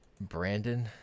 Brandon